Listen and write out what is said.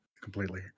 completely